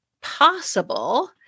possible